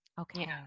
Okay